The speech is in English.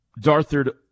Darthard